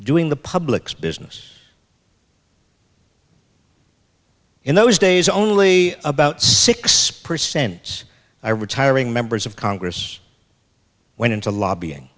doing the public's business in those days only about six percent or retiring members of congress went into lobbying